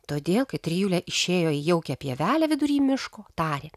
todėl kai trijulė išėjo į jaukią pievelę vidury miško tarė